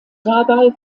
dabei